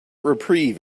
reprieve